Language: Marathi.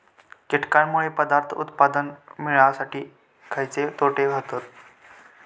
कीटकांनमुळे पदार्थ उत्पादन मिळासाठी खयचे तोटे होतत?